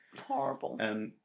horrible